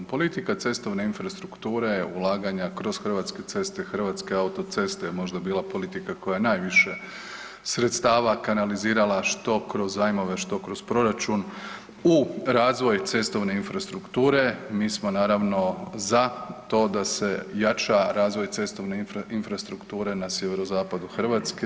Politika cestovne infrastrukture ulaganja kroz Hrvatske ceste, Hrvatske autoceste možda je bila politika koja je najviše sredstava kanalizirala što kroz zajmove, što kroz proračun u razvoj cestovne infrastrukture mi smo naravno za to da se jača razvoj cestovne infrastrukture na sjeverozapadu Hrvatske.